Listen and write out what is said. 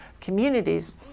communities